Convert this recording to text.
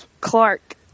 Clark